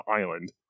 island